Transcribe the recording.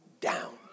down